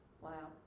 Wow